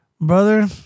Brother